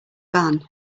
van